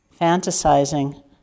fantasizing